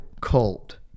cult